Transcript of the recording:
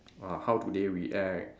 uh how do they react